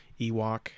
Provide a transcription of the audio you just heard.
Ewok